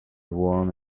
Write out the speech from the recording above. warm